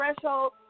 threshold